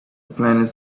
planet